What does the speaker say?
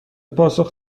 پاسخ